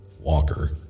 Walker